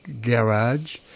garage